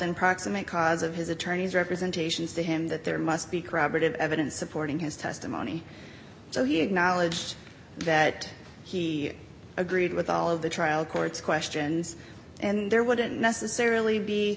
and proximate cause of his attorney's representations to him that there must be corroborative evidence supporting his testimony so he acknowledged that he agreed with all of the trial court's questions and there wouldn't necessarily be